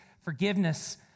Forgiveness